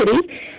City